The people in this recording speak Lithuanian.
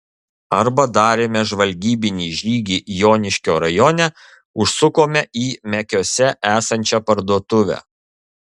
arba darėme žvalgybinį žygį joniškio rajone užsukome į mekiuose esančią parduotuvę